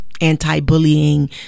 anti-bullying